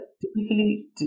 typically